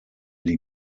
die